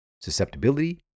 susceptibility